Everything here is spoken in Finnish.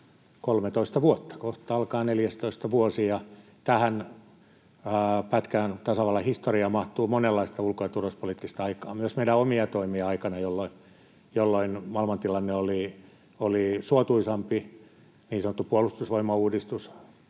13 vuotta, kohta alkaa 14. vuosi. Tähän pätkään tasavallan historiaa mahtuu monenlaista ulko‑ ja turvallisuuspoliittista aikaa myös meidän omien toimien aikana, jolloin maailmantilanne oli suotuisampi, niin sanottu puolustusvoimauudistus